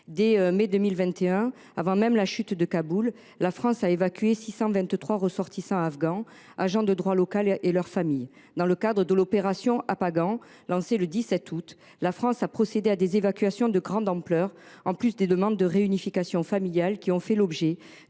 dès mai 2021, avant même la chute de Kaboul, la France a évacué 623 ressortissants afghans, agents de droit local et leurs familles. Dans le cadre de l’opération Apagan, lancée le 17 août 2021, notre pays a procédé à des évacuations de grande ampleur, en plus des demandes de réunification familiale qui ont fait l’objet